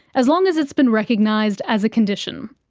as long as it's been recognised as a condition.